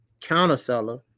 counterseller